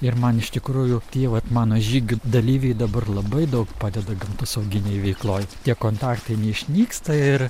ir man iš tikrųjų tie vat mano žygių dalyviai dabar labai daug padeda gamtosauginėj veikloj tie kontaktai neišnyksta ir